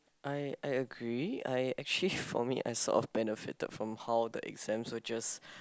I I agree I actually for me I sort of benefitted from how the exams were just